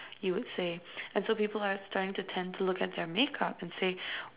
you would say until people are starting to tend to look at their makeup and say